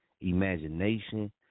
imagination